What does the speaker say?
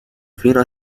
fino